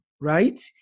right